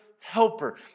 helper